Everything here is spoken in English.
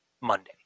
monday